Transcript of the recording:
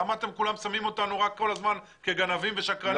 למה אתם כולכם שמים אותנו כל הזמן כגנבים ושקרנים?